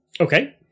Okay